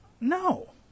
no